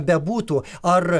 bebūtų ar